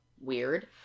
Weird